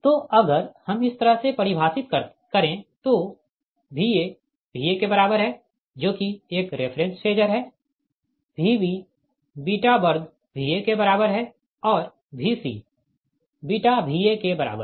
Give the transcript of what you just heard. तो अगर हम इस तरह से परिभाषित करें तो Va Va के बराबर है जो कि एक रेफ़रेंस फेजर है Vb बीटा वर्ग Va के बराबर है और Vc बीटा Va के बराबर है